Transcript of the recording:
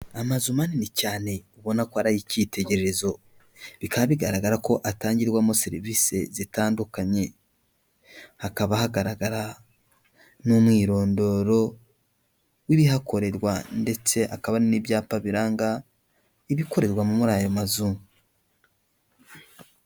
Amazu manini cyane ubona ko ari icyitegererezo. Bikaba bigaragara ko atangirwamo serivisi zitandukanye, hakaba hagaragara n'umwirondoro w'ibihakorerwa ndetse hakaba n'ibyapa biranga ibikorerwa muri ayo mazu.